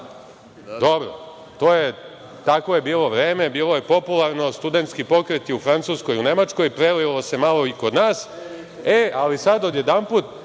Dobro, takvo je bilo vreme, bilo je popularno, studentski pokreti u Francuskoj, Nemačkoj, prelilo se malo i kod nas. Ali, sada odjedanput